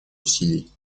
усилий